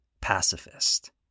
pacifist